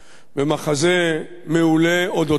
במחזה מעולה על אודותם.